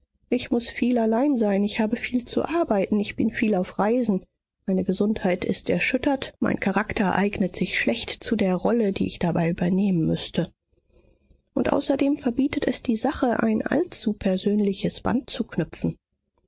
ich muß viel allein sein ich habe viel zu arbeiten ich bin viel auf reisen meine gesundheit ist erschüttert mein charakter eignet sich schlecht zu der rolle die ich dabei übernehmen müßte und außerdem verbietet es die sache ein allzu persönliches band zu knüpfen